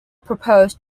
proposed